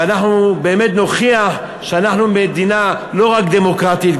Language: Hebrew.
ואנחנו באמת נוכיח שאנחנו מדינה לא רק דמוקרטית,